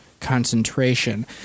concentration